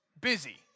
Busy